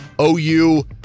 OU